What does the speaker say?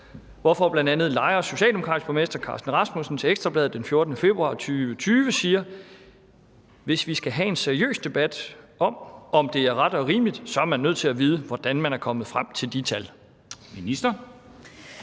hvorfor bl.a. Lejres socialdemokratiske borgmester, Carsten Rasmussen, til Ekstra Bladet den 14. februar 2020 siger: »Hvis vi skal have en seriøs debat om, om det er ret og rimeligt, så er man nødt til at vide, hvordan man er kommet frem til de tal«? Kl.